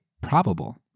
probable